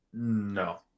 No